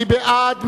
מי בעד?